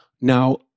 Now